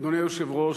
אדוני היושב-ראש,